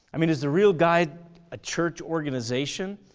i mean is the real guide a church organization?